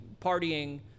partying